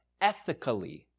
ethically